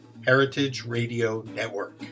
heritageradionetwork